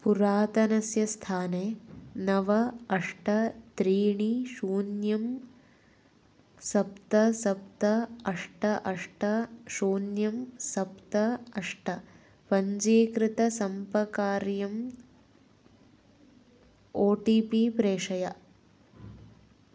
पुरातनस्य स्थाने नव अष्ट त्रीणि शून्यं सप्त सप्त अष्ट अष्ट शून्यं सप्त अष्ट पञ्चीकृतसम्पर्काय ओ टि पि प्रेषय